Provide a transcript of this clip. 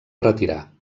retirar